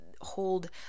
hold